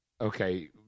Okay